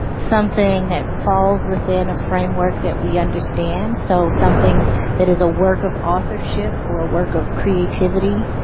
something that falls within a framework that we understand, so something that is a work of authorship or a work of creativity,